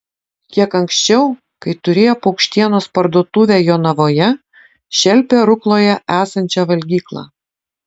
kiek anksčiau kai turėjo paukštienos parduotuvę jonavoje šelpė rukloje esančią valgyklą